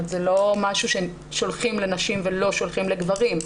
זה לא משהו ששולחים לנשים ולא שולחים לגברים.